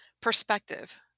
Perspective